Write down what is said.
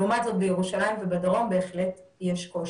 לעומת זאת בירושלים ובדרום בהחלט יש קושי.